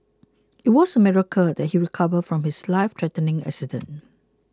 it was a miracle that he recovered from his lifethreatening accident